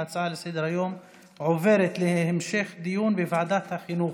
ההצעה לסדר-היום עוברת להמשך דיון בוועדת החינוך,